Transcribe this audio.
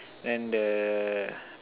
then the